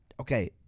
okay